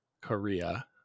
Korea